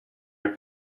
your